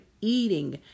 eating